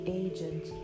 agent